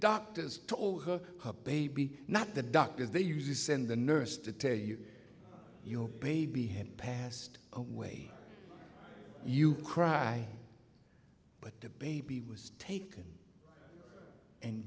doctors told her her baby not the doctors they used to send the nurse to tell you your baby had passed away you cry but the baby was taken and